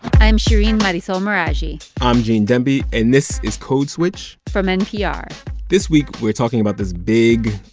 i'm shereen marisol meraji i'm gene demby. and this is code switch from npr this week, we're talking about this big,